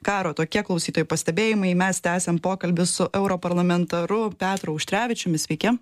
karo tokie klausytojų pastebėjimai mes tęsiam pokalbį su europarlamentaru petru auštrevičiumi sveiki